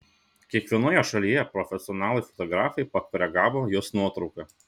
kiekvienoje šalyje profesionalai fotografai pakoregavo jos nuotrauką